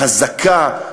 חזקה,